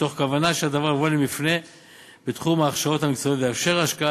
מתוך כוונה שהדבר יביא למפנה בתחום ההכשרות המקצועיות ויאפשר השקעה